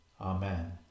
Amen